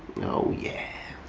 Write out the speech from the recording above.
oh, yeah.